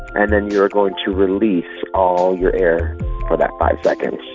and then you're going to release all your air for that five seconds.